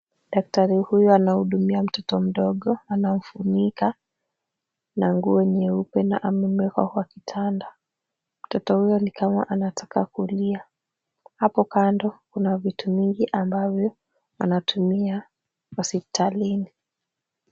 Daktari huyu anahudumia mtoto mdogo. Anamfunika na nguo nyeupe na amemueka kwa kitanda. Mtoto huyo ni kama anataka kulia. Hapo kando, kuna vitu mingi ambavyo anatumia hospitalini.